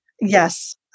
Yes